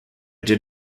did